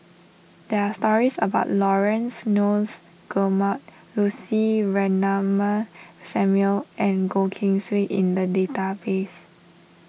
there are stories about Laurence Nunns Guillemard Lucy Ratnammah Samuel and Goh Keng Swee in the database